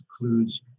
includes